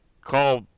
call